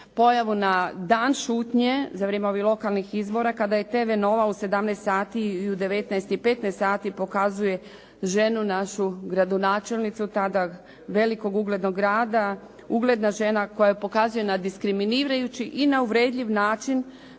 pojavu na dan šutnje za vrijeme ovih lokalnih izbora kada je TV Nova u 17,00 sati i u 19,00 i 15,00 sati pokazuje ženu našu gradonačelnicu, tada velikog uglednog grada. Ugledna žena koja pokazuje na diskriminarujući i na uvredljiv način